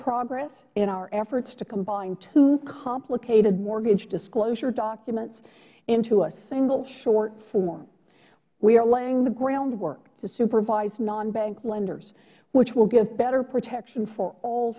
progress in our efforts to combine two complicated mortgage disclosure documents into a single short form we are laying the groundwork to supervise nonbank lenders which will give better protection for all